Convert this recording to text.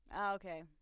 Okay